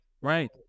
right